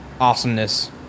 awesomeness